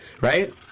right